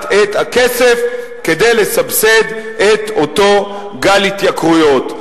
את הכסף כדי לסבסד את אותו גל התייקרויות.